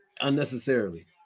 unnecessarily